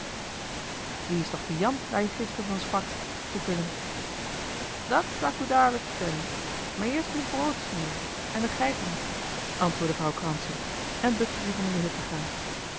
wie is toch die jan daar je gisteren van sprak vroeg illem at sa u dadelijk vertellen maar eerst moet broods zien en de geit melken antwoordde vrouw kranse en bukte zich om in de hut te gaan